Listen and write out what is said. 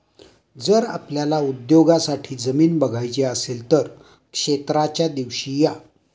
जर आपल्याला उद्योगासाठी जमीन बघायची असेल तर क्षेत्राच्या दिवशी या